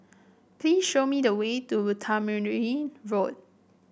please show me the way to Tamarind Road